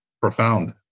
Profound